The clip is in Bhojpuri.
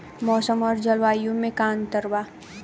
मौसम और जलवायु में का अंतर बा?